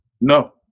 No